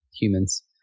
humans